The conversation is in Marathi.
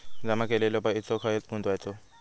जमा केलेलो पैसो खय गुंतवायचो?